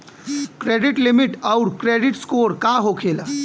Credit limit आउर credit score का होखेला?